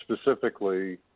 specifically